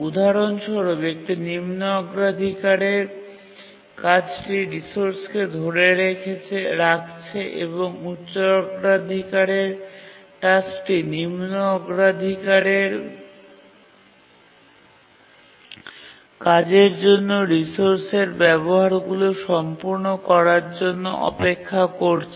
উদাহরণস্বরূপ একটি নিম্ন অগ্রাধিকারের কাজটি রিসোর্সকে ধরে রাখছে এবং উচ্চ অগ্রাধিকারের টাস্কটি নিম্ন অগ্রাধিকারের কাজের জন্য রিসোর্সের ব্যবহারগুলি সম্পূর্ণ করার জন্য অপেক্ষা করছে